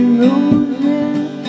roses